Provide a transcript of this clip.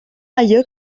allò